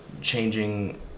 changing